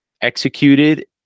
executed